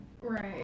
Right